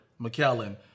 McKellen